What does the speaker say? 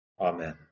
Amen